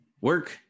work